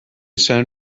san